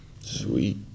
sweet